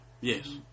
Yes